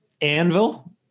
Anvil